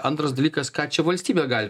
antras dalykas ką čia valstybė gali